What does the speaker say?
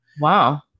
Wow